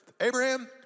Abraham